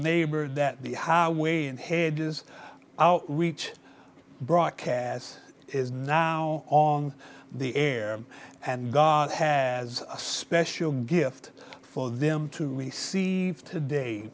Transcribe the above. neighbor that the how way and headers reach broadcast is now on the air and god has a special gift for them to receive today